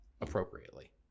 appropriately